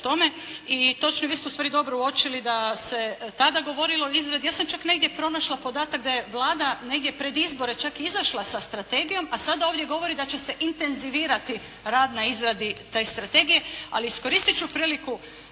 i točno je, vi ste ustvari dobro uočili da se tada govorilo o izradi, ja sam čak negdje pronašla podatak da je Vlada negdje pred izbore čak i izašla sa strategijom, a sada ovdje govori da će se intenzivirati rad na izradi te strategije, ali iskoristiti ću priliku